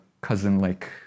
cousin-like